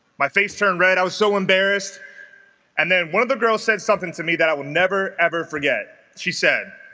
my face turned red i was so embarrassed and then one of the girls said something to me that i would never ever forget she said